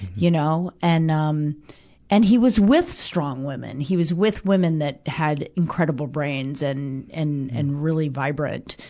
you know? and, um and he was with strong women he was with women that had incredible brains and, and, and really vibrant,